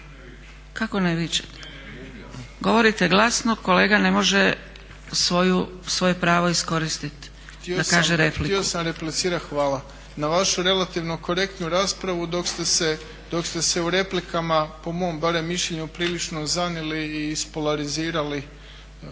Dragica (SDP)** Govorite glasno, kolega ne može svoje pravo iskoristiti da kaže repliku. **Đurović, Dražen (HDSSB)** Htio sam replicirati, hvala, na vašu relativno korektnu raspravu dok ste se u replikama po mom barem mišljenju prilično zanijeli i ispolarizirali